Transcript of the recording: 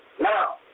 Now